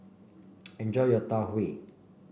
enjoy your Tau Huay